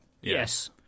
yes